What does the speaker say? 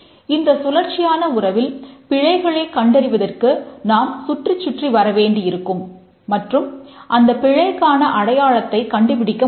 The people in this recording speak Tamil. இந்த சுழற்சியான உறவில் பிழைகளைக் கண்டறிவதற்கு நாம் சுற்றிசுற்றி வரவேண்டியிருக்கும் மற்றும் அந்த பிழைக்கான அடையாளத்தைக் கண்டுபிடிக்க முடியாது